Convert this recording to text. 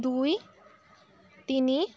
দুই তিনি